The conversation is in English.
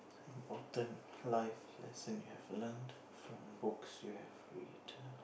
important life lesson you have learnt from books you have read